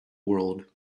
world